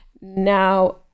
Now